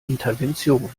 intervention